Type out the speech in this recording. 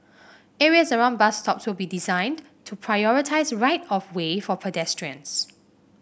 areas around bus stops will be designated to prioritise right of way for pedestrians